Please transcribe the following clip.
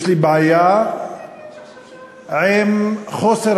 יש לי בעיה עם חוסר